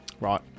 Right